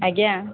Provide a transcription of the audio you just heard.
ଆଜ୍ଞା